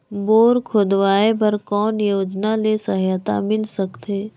Bore खोदवाय बर कौन योजना ले सहायता मिल सकथे?